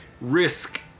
risk